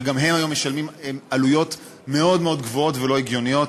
שגם הם היום משלמים עלויות מאוד מאוד גבוהות ולא הגיוניות.